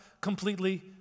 completely